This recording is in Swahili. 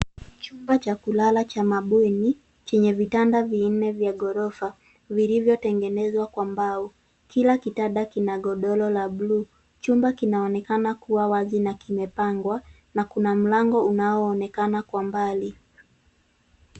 Chumba cha kulala cha mabweni, chenye vitanda vinne vya ghorofa, vilivyotengenezwa kwa mbao, kila kitanda kina godoro la blue . Chumba kinaonekana kuwa wazi na kimepangwa, na kuna mlango unaoonekana kwa mbali.